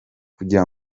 kugira